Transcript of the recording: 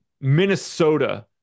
Minnesota